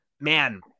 man